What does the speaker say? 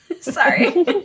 Sorry